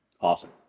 Awesome